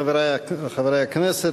חברי הכנסת,